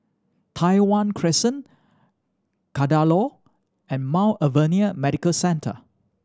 Tai Hwan Crescent Kadaloor and Mount Alvernia Medical Centre